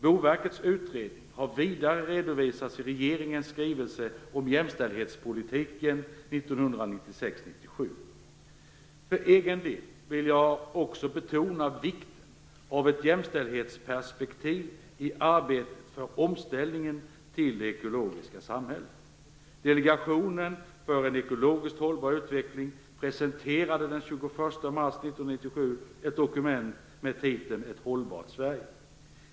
Boverkets utredning har vidare redovisats i regeringens skrivelse om jämställdhetspolitiken (skr För egen del vill jag också betona vikten av ett jämställdhetsperspektiv i arbetet för omställningen till det ekologiska samhället. Delegationen för en ekologiskt hållbar utveckling presenterade den 21 mars 1997 ett dokument med titeln Ett hållbart Sverige.